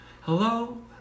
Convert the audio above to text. Hello